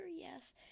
yes